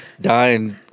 dying